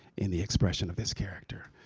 in the expression of this character.